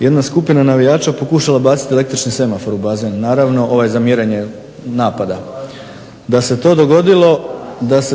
jedna skupina navijača pokušala baciti električni semafor u bazen, naravno onaj za mjerenje napada. Da se